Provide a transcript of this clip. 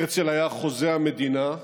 הרצל היה חוזה המדינה,